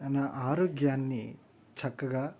నా ఆరోగ్యాన్ని చక్కగా